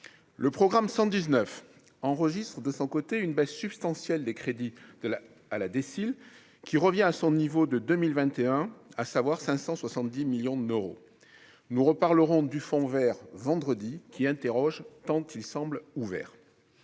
le programme 119 enregistre de son côté une baisse substantielle les crédits de la à la déciles qui revient à son niveau de 2021, à savoir 570 millions d'euros, nous reparlerons du Fonds Vert vendredi qui interroge tant il semble ouvert